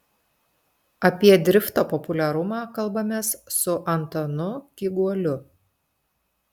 apie drifto populiarumą kalbamės su antanu kyguoliu